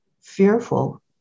fearful